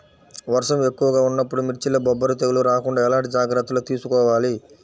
వర్షం ఎక్కువగా ఉన్నప్పుడు మిర్చిలో బొబ్బర తెగులు రాకుండా ఎలాంటి జాగ్రత్తలు తీసుకోవాలి?